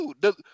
dude